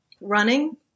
running